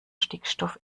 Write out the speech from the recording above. stickstoff